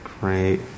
Great